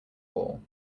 ball